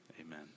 amen